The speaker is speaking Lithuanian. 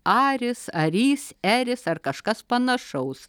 aris arys eris ar kažkas panašaus